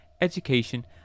education